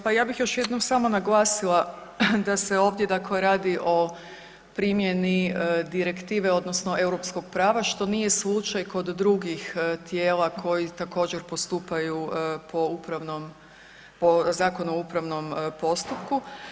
Pa ja bih još jednom samo naglasila da se ovdje dakle radi o primjeni direktive odnosno europskog prava, što nije slučaj kod drugih tijela koji također postupaju po upravnom, po Zakonu o upravnom postupku.